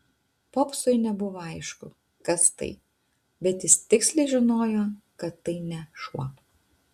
popsui nebuvo aišku kas tai bet jis tiksliai žinojo kad tai ne šuo